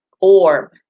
orb